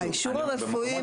האישור הרפואי,